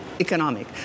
economic